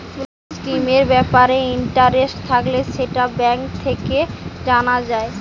কোন স্কিমের ব্যাপারে ইন্টারেস্ট থাকলে সেটা ব্যাঙ্ক থেকে জানা যায়